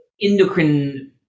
endocrine